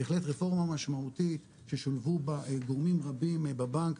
בהחלט רפורמה משמעותית ששולבו בה גורמים רבים בבנק,